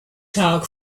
clark